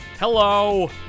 hello